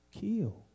kill